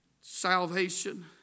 salvation